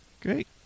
great